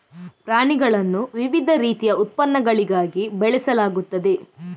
ಪ್ರಾಣಿಗಳನ್ನು ವಿವಿಧ ರೀತಿಯ ಉತ್ಪನ್ನಗಳಿಗಾಗಿ ಬೆಳೆಸಲಾಗುತ್ತದೆ